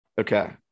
Okay